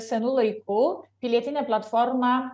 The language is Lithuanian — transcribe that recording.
senų laikų pilietinė platforma